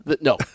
No